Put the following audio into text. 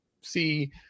see